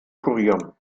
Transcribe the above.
kurier